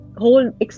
whole